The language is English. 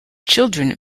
children